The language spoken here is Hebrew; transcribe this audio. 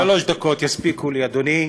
שלוש דקות יספיקו לי, אדוני.